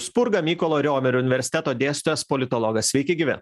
spurga mykolo riomerio universiteto dėstytojas politologas sveiki gyvi